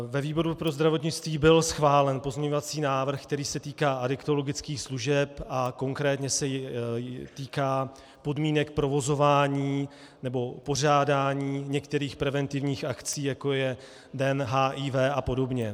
Ve výboru pro zdravotnictví byl schválen pozměňovací návrh, který se týká adiktologických služeb, konkrétně se týká podmínek provozování nebo pořádání některých preventivních akcí, jako je Den HIV apod.